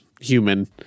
human